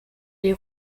les